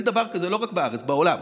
אין דבר כזה לא רק בארץ, בעולם.